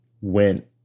went